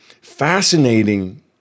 Fascinating